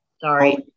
sorry